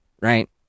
Right